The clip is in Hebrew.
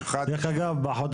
נכון, חד משמעית.